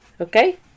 Okay